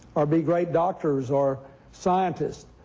or be great doctors or scientists,